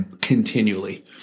continually